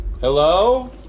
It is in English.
Hello